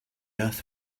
earth